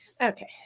Okay